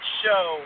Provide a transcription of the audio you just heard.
show